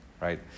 right